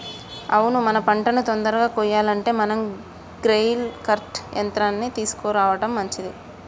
అవును మన పంటను తొందరగా కొయ్యాలంటే మనం గ్రెయిల్ కర్ట్ యంత్రాన్ని తీసుకురావడం మంచిది